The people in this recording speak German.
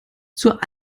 zur